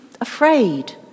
afraid